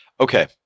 Okay